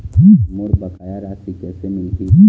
मोर बकाया राशि कैसे मिलही?